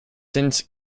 since